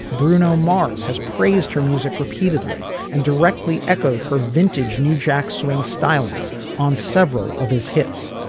bruno mars has praised her music repeatedly and directly echoed her vintage new jack swing stylings on several of his hits.